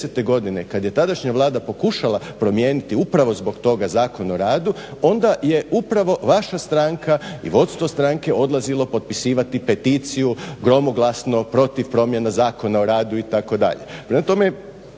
godine kad je tadašnja Vlada pokušala promijeniti upravo zbog toga Zakon o radu onda je upravo vaša stranka i vodstvo stranke odlazilo potpisivati peticiju gromoglasno protiv promjena Zakona o radu itd.